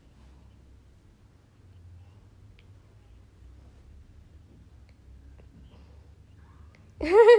and like n~ ugly like not ya ugly and just like I don't know lah cause